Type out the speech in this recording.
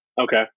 Okay